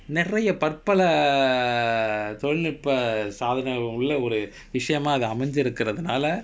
நிறைய பற்பல தொழில்நுட்ப சாதனங்கள் உள்ள ஒரு விஷயமா அமைஞ்சிருக்குறது நால:niraiya parpala tholilnutpa saathanangal ulla oru vishayamaa amainchurukkurathu naala